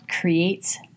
creates